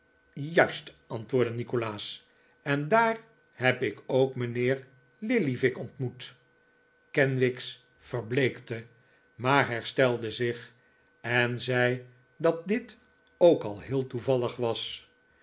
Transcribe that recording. juist antwoordde nikolaas en daar heb ik ook mijnheer lillyvick ontmoet kenwigs verbleekte maar herstelde zich en zei dat dit ook al heel toevallig was